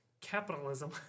capitalism